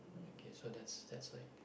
okay so that's that's like